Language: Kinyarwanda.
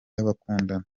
y’abakundana